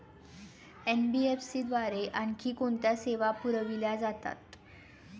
NBFC द्वारे आणखी कोणत्या सेवा पुरविल्या जातात?